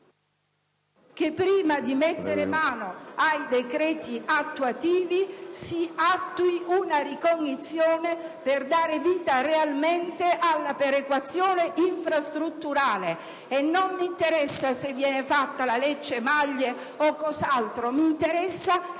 prima di mettere mano ai decreti attuativi, per dare vita realmente alla perequazione infrastrutturale. Non mi interessa se viene fatta la Lecce-Maglie o altro: mi interessa